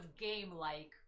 game-like